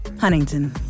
huntington